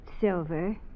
Silver